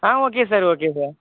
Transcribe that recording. ah okay sir okay sir